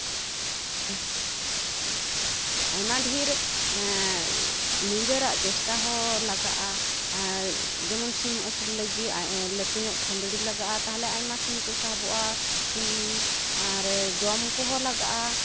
ᱟᱭᱢᱟ ᱰᱷᱤᱨ ᱱᱤᱡᱮᱨᱟᱜ ᱪᱮᱥᱴᱟ ᱦᱚᱸ ᱞᱟᱜᱟᱜᱼᱟ ᱡᱮᱢᱚᱱ ᱥᱤᱢ ᱟᱥᱩᱞ ᱞᱟᱹᱜᱤᱫ ᱞᱟᱹᱴᱩ ᱧᱚᱜ ᱠᱷᱩᱸᱫᱽᱲᱤ ᱞᱟᱜᱟᱜᱼᱟ ᱛᱟᱦᱞᱮ ᱟᱭᱢᱟ ᱥᱤᱢ ᱠᱚ ᱥᱟᱦᱚᱵᱚᱜᱼᱟ ᱥᱤᱢ ᱟᱨ ᱡᱚᱢ ᱠᱚᱦᱚᱸ ᱞᱟᱜᱟᱜᱼᱟ